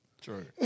True